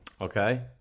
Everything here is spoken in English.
Okay